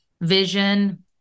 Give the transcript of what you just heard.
vision